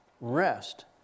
Rest